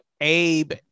Abe